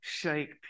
shake